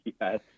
Yes